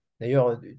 D'ailleurs